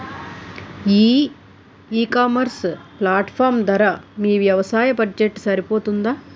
ఈ ecommerce platform ధర మీ వ్యవసాయ బడ్జెట్ సరిపోతుందా?